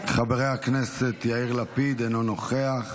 חברי הכנסת: יאיר לפיד, אינו נוכח,